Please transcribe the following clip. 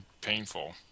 painful